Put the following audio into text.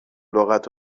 لغت